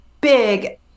big